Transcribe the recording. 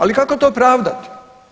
Ali kako to pravdati?